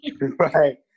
Right